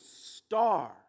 star